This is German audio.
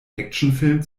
actionfilm